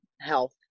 health